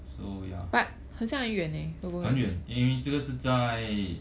so ya 很远因为这个是在